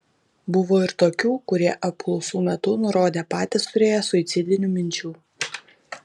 buvo ir tokių kurie apklausų metu nurodė patys turėję suicidinių minčių